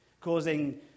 causing